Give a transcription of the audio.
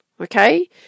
Okay